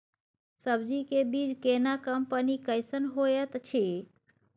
सब्जी के बीज केना कंपनी कैसन होयत अछि?